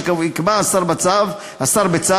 שיקבע השר בצו,